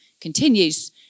continues